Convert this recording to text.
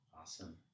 Awesome